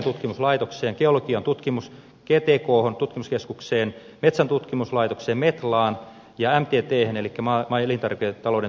geologian tutkimuskeskukseen gtkhon metsäntutkimuslaitokseen metlaan ja mtthen eli maa ja elintarviketalouden tutkimuskeskukseen